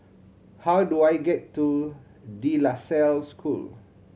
how do I get to De La Salle School